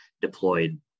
deployed